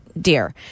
dear